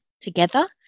together